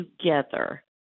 together